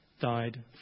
died